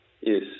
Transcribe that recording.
yes